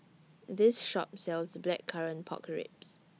This Shop sells Blackcurrant Pork Ribs